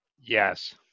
Yes